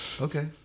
Okay